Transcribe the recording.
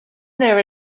there